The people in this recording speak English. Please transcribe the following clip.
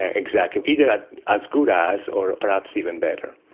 ah exactly, either as good as or perhaps even better.